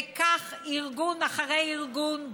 וכך ארגון אחר ארגון,